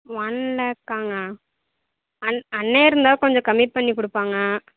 one லேக்காங்க அண் அண்ணன் இருந்தால் கொஞ்சம் கம்மி பண்ணி கொடுப்பாங்க